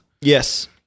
Yes